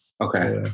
Okay